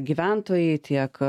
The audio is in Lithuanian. gyventojai tiek